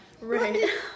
Right